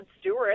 Stewart